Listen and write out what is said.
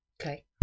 Okay